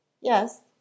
yes